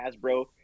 Hasbro